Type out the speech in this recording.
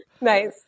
Nice